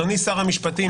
אדוני שר המשפטים,